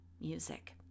music